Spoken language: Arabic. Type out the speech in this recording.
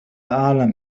أعلم